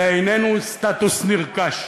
זה איננו סטטוס נרכש.